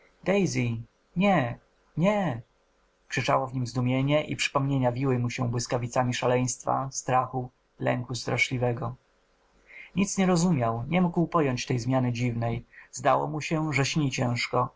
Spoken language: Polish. nie nie krzyczało w nim zdumienie i przypomnienia wiły mu się błyskawicami szaleństwa strachu lęku straszliwego nic nie rozumiał nie mógł pojąć tej zmiany dziwnej zdało mu się że śni ciężko